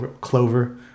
Clover